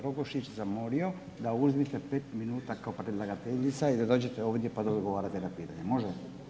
Rogošić zamolio da uzmete 5 min kao predlagateljica i da dođete ovdje pa da odgovarate na pitanja, može?